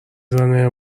زنه